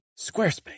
Squarespace